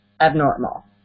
abnormal